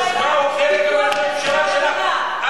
הוא חלק מהממשלה שלך.